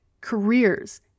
Careers